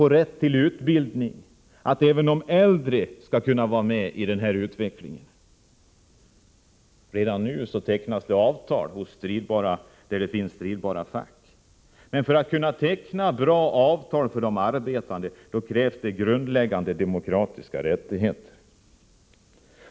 Rätten till utbildning måste finnas. Även äldre skall kunna vara med i denna utveckling. Redan nu tecknas avtal, där det finns stridbara fack. Men för att kunna teckna bra avtal för de arbetande krävs grundläggande demokratiska rättigheter.